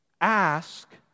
Ask